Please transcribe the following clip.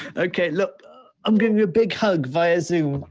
okay look i'm giving you a big hug via zoom.